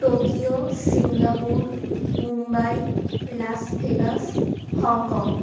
Tokyo Singapore Mumbai Las Vegas Hong Kong